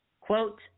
Quote